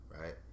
right